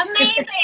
Amazing